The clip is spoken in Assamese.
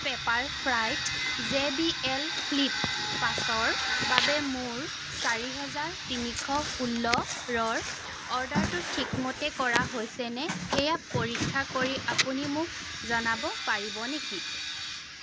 পেপাৰফ্ৰাইত জে বি এল ফ্লিপ পাঁচৰ বাবে মোৰ চাৰি হেজাৰ তিনিশ ষোল্ল অৰ্ডাৰটো ঠিকমতে কৰা হৈছেনে সেয়া পৰীক্ষা কৰি আপুনি মোক জনাব পাৰিব নেকি